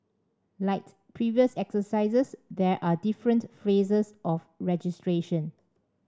like previous exercises there are different phases of registration